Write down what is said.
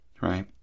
right